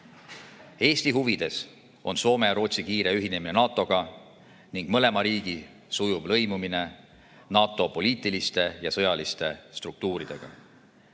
Eesti huvides on Soome ja Rootsi kiire ühinemine NATO-ga ning mõlema riigi sujuv lõimumine NATO poliitiliste ja sõjaliste struktuuridega.